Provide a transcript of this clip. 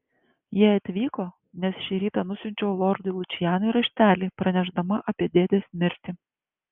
jie atvyko nes šį rytą nusiunčiau lordui lučianui raštelį pranešdama apie dėdės mirtį